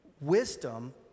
wisdom